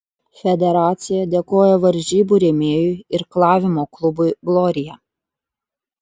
federacija dėkoja varžybų rėmėjui irklavimo klubui glorija